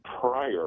prior